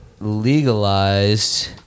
legalized